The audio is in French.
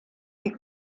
est